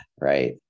right